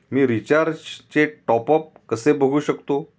मी रिचार्जचे टॉपअप कसे बघू शकतो?